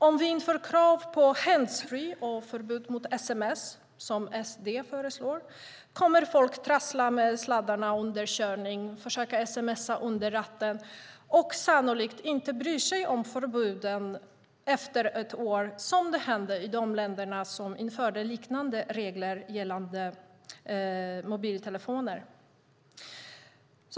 Om vi inför krav på handsfree och förbud mot sms som SD föreslår kommer folk att trassla med sladdarna under körning, försöka sms:a under ratten och sannolikt inte bry sig om förbuden efter ett år, som i de länder som infört liknande regler gällande mobiltelefoner.